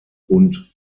und